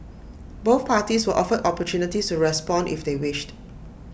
both parties were offered opportunities to respond if they wished